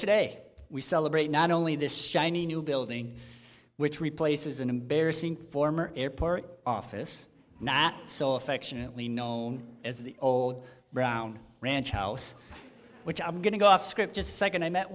today we celebrate not only this shiny new building which replaces an embarrassing former airport office not so affectionately known as the old brown ranch house which i'm going to go off script just a second i met